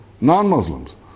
non-Muslims